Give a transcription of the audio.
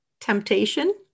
Temptation